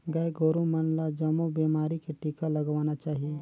गाय गोरु मन ल जमो बेमारी के टिका लगवाना चाही